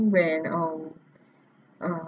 when um uh